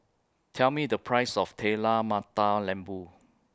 Tell Me The Price of Telur Mata Lembu